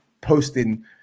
posting